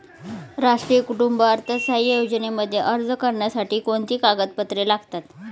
राष्ट्रीय कुटुंब अर्थसहाय्य योजनेमध्ये अर्ज करण्यासाठी कोणती कागदपत्रे लागतात?